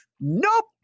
Nope